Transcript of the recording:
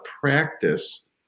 practice